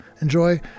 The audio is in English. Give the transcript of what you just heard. Enjoy